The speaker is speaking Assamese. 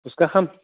ফুচকা খাম